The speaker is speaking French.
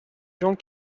gens